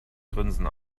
grinsen